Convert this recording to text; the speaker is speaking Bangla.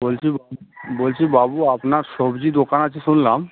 বলছি বলছি বাবু আপনার সবজি দোকান আছে শুনলাম